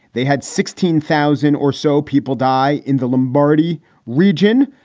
they had sixteen thousand or so people die in the lombardy region.